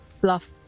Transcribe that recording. Bluff